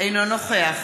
אינו נוכח